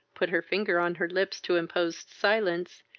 put her finger on her lips to imposed silence,